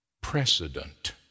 precedent